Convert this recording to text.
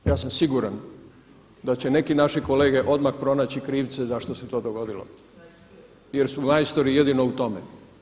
Ja sam siguran da će neki naši kolege odmah pronaći krivce zašto se to dogodilo, jer su majstori jedino u tome.